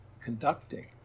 conducting